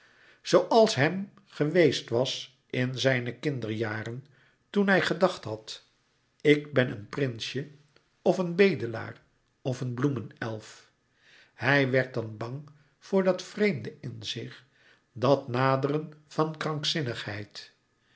zooals hem geweest was in zijne kinderjaren toen hij gedacht had ik ben een prinsje of een bedelaar of een bloemenelf hij werd dan bang voor dat vreemde in zich dat naderen van krankzinnigheid